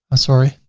sorry.